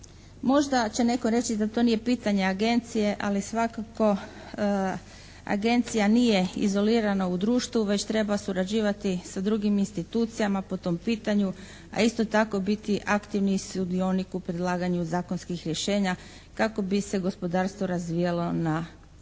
Možda će netko reći da to nije pitanje Agencije, ali svakako Agencija nije izolirana u društvu, već treba surađivati sa drugim institucijama po tom pitanju, a isto tako biti aktivni sudionik u predlaganju zakonskih rješenja kako bi se gospodarstvo razvijalo na pravilan